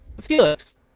Felix